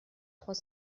trois